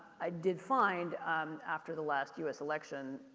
i did find after the last us election,